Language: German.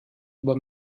über